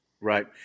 Right